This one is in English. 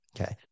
okay